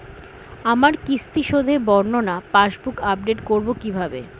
আমার কিস্তি শোধে বর্ণনা পাসবুক আপডেট করব কিভাবে?